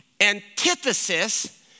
antithesis